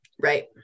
right